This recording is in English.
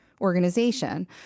organization